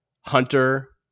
Hunter